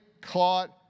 caught